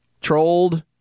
trolled